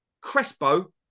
Crespo